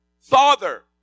Father